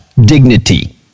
dignity